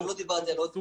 לא דיברתי על עוד ועדה,